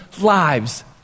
lives